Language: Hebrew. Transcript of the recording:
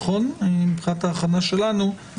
מבחינת ההכנה שלנו.